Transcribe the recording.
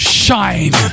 shine